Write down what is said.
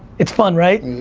it's fun, right?